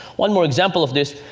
one more example of this.